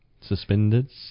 suspended